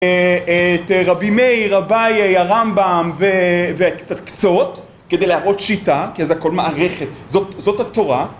את רבי מאיר רבאי הרמב״ם וקצות כדי להראות שיטה כי זה הכל מערכת זאת התורה